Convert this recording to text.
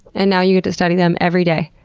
and now you get to study them every day.